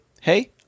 hey